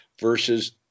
versus